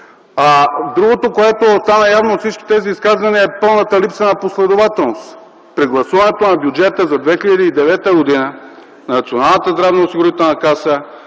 Другото, което стана явно от всички тези изказвания, е пълната липса на последователност. При гласуването на бюджета през 2009 г. на Националната здравноосигурителна каса